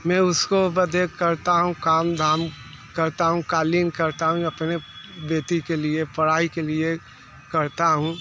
मैं उसको बदेख करता हूँ काम धाम करता हूँ क़ालीन करता हूँ अपने बेटी के लिए पढ़ाई के लिए करता हूँ